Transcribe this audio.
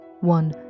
one